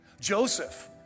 Joseph